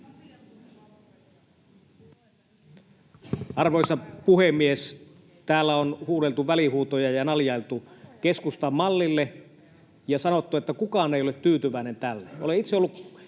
Arvoisa puhemies! Täällä on huudeltu välihuutoja ja naljailtu keskustan mallille ja sanottu, että kukaan ei ole tyytyväinen tähän. Olen itse ollut kaksi